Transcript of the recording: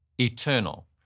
eternal